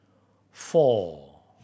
four